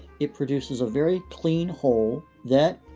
it produces a very clean hole that,